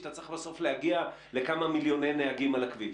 שאתה צריך בסוף להגיע לכמה מיליוני נהגים על הכביש.